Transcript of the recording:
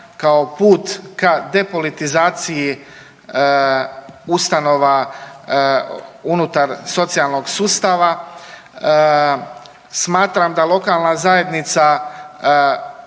kao put ka depolitizaciji ustanova unutar socijalnog sustava. Smatram da lokalna zajednica